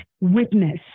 witness